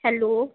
hello